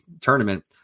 tournament